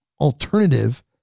alternative